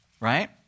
Right